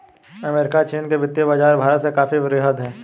America चीन के वित्तीय बाज़ार भारत से काफी वृहद हैं